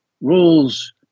rules